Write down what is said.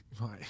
Right